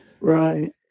Right